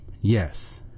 Yes